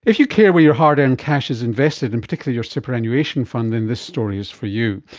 if you care where your hard-earned cash is invested, and particularly your superannuation fund, then this story is for you.